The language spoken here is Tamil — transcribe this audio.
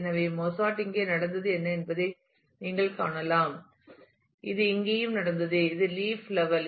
எனவே மொஸார்ட் இங்கே நடந்தது என்பதை நீங்கள் காணலாம் இது இங்கேயும் நடந்தது இது லீப் லெவல்